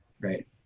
right